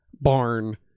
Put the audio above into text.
barn